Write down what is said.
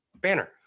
banner